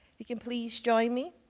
you can please join me.